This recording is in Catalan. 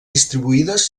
distribuïdes